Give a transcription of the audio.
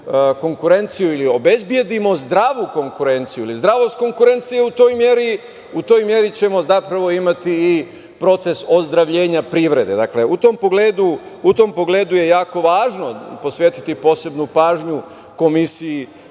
konkurenciju ili obezbedimo zdravu konkurenciju ili zdravost konkurencije, u toj meri ćemo zapravo imati i proces ozdravljenja privrede. U tom pogledu je jako važno posvetiti posebnu pažnju Komisiji